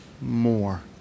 more